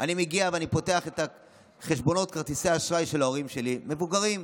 שאני מגיע ופותח את החשבונות ואת כרטיסי האשראי של ההורים המבוגרים שלי,